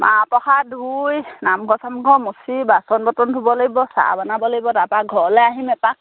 মাহ প্ৰসাদ ধুই নামঘৰ চামঘৰ মচি বাচন বৰ্তন ধুব লাগিব চাহ বনাব লাগিব তাৰপৰা ঘৰলৈ আহিম এপাক